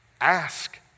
Ask